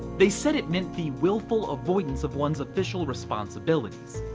they said it meant the wilful avoidance of one's official responsibilities.